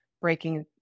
breaking